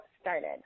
started